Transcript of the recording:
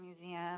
Museum